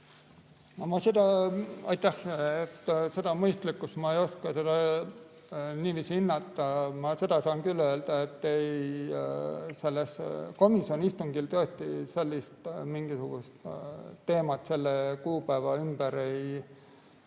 Ma seda mõistlikkust ei oska niiviisi hinnata. Seda saan küll öelda, et ei, komisjoni istungil tõesti mingisugust teemat selle kuupäeva ümber ei